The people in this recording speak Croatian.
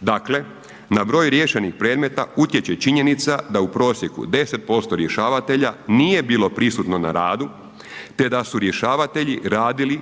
Dakle, na broj riješenih predmeta utječe činjenica da u prosjeku 10% rješavatelja nije bi prisutno na radu, te da su rješavatelji radili